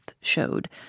showed